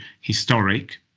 historic